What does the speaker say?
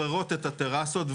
היא מכרסמת את בור הביוב בדופן שלו